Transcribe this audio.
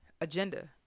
agenda